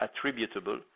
attributable